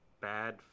Bad